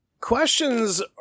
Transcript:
Questions